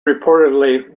reportedly